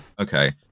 okay